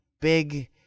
big